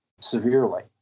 severely